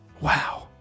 Wow